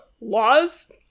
laws